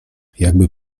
jakby